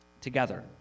together